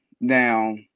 now